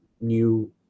new